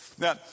Now